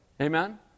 Amen